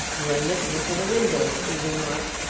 you are looking for the windows, he remarked.